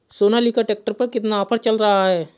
Sonalika tractor पर कितना offer चल रहा है?